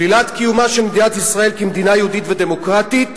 שלילת קיומה של מדינת ישראל כמדינה יהודית ודמוקרטית,